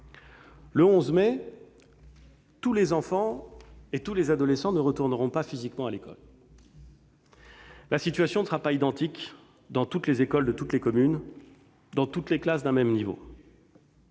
Le 11 mai, tous les enfants et tous les adolescents ne retourneront pas physiquement à l'école. La situation ne sera pas identique dans toutes les écoles de toutes les communes, dans toutes les classes d'un même niveau.